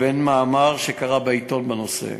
לבין מאמר שקרא בעיתון בנושא.